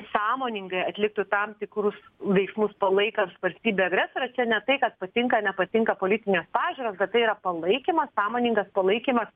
sąmoningai atliktų tam tikrus veiksmus palaikant valstybę agresorę čia ne tai kad patinka nepatinka politinės pažiūros bet tai yra palaikymas sąmoningas palaikymas